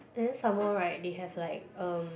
and then some more right they have like um